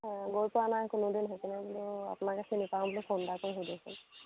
অঁ গৈ পোৱা নাই কোনোদিন সেইকাৰণে বোলো আপোনাকে চিনি পাও বোলো ফোন এটা কৰি সোধোচোন